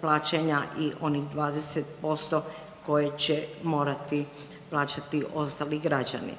plaćanja i onih 20% koje će morati plaćati ostali građani.